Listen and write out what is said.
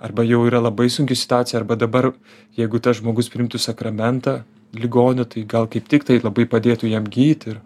arba jau yra labai sunki situacija arba dabar jeigu tas žmogus priimtų sakramentą ligonio tai gal kaip tik tai labai padėtų jam gyti ir